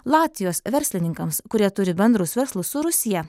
latvijos verslininkams kurie turi bendrus verslus su rusija